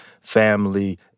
family